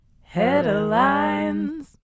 Headlines